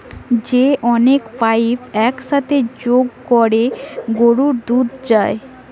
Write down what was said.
যে অনেক পাইপ এক সাথে যোগ কোরে গরুর দুধ যায়